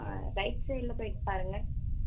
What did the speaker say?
ஆ right சைடில் போயிட்டு பாருங்கள்